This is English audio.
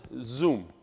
Zoom